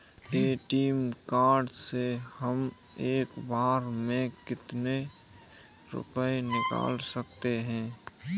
ATM card से हम एक बार में कितने रुपये निकाल सकते हैं?